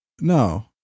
No